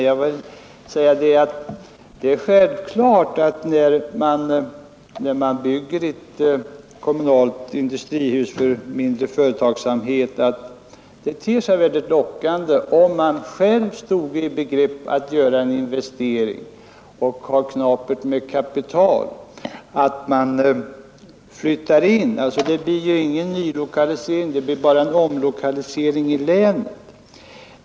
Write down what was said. Jag vill säga att det är självklart att det ter sig mycket lockande för den mindre företagsamheten att flytta in i ett sådant här hus om man står i begrepp att göra en investering och har knappt med kapital. Det blir ju ingen nylokalisering utan endast en omlokalisering i länet.